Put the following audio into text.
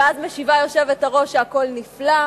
ואז משיבה היושבת-ראש שהכול נפלא,